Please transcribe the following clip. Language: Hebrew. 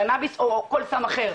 קנאביס או כל סם אחר,